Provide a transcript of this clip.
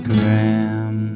Graham